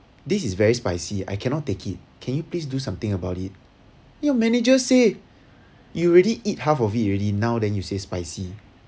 this is very spicy I cannot take it can you please do something about it your manager said you ready eat half of it already now then you say spicy